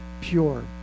pure